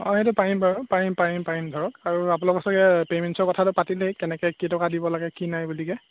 অঁ সেইটো পাৰিম বাৰু পাৰিম পাৰিম পাৰিম ধৰক আৰু আপোনালোকৰ চাগে পে'মেণ্টছৰ কথাটো পাতিলেই কেনেকৈ কেই টকা দিব লাগে কি নাই বুলিকে